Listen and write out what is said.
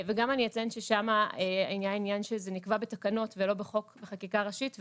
וגם אני אציין ששם היה עניין שזה נקבע בתקנות ולא בחקיקה ראשית,